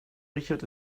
richard